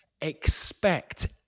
expect